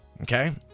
Okay